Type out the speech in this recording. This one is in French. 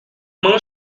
mange